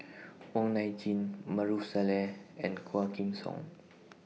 Wong Nai Chin Maarof Salleh and Quah Kim Song